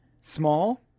small